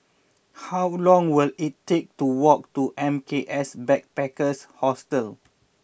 how long will it take to walk to M K S Backpackers Hostel